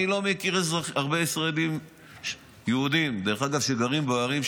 אני לא מכיר הרבה ישראלים יהודים שגרים בערים,